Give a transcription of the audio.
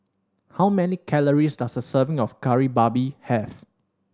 how many calories does a serving of Kari Babi have